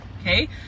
okay